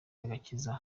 agakiza